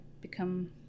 become